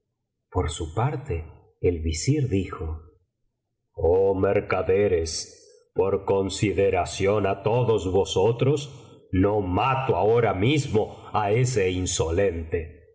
por su parte el visir dijo oh mercaderes por consideración á todos vosotros no mato ahora mismo á ese insolente